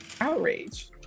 outrage